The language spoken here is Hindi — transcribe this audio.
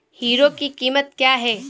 हीरो की कीमत क्या है?